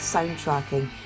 Soundtracking